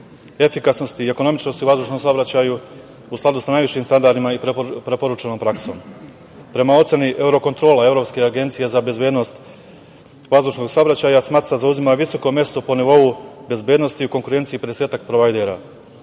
efikasnosti i ekonomičnosti u vazdušnom saobraćaju u skladu sa najvišim standardima i preporučenom praksom. Prema oceni "Eurokontrole", Evropske agencije za bezbednost vazdušnog saobraća, SMATSA zauzima visoko mesto po nivou bezbednosti u konkurenciji pedesetak provajdera.